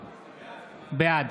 נגד יואב קיש, בעד